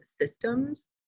systems